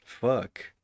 Fuck